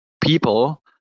people